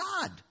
God